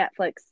Netflix